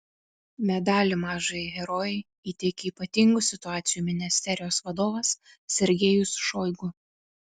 medalį mažajai herojei įteikė ypatingų situacijų ministerijos vadovas sergejus šoigu